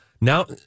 now